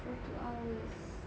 satu hours